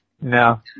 No